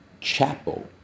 chapel